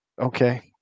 okay